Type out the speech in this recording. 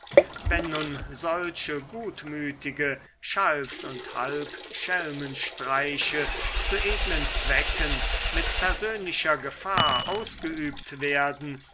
wenn nun solche gutmütige schalks und halbschelmenstreiche zu edlen zwecken mit persönlicher gefahr ausgeübt werden